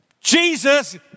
Jesus